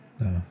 No